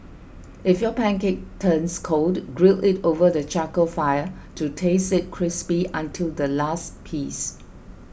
if your pancake turns cold grill it over the charcoal fire to taste it crispy until the last piece